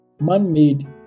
Man-Made